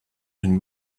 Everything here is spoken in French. d’une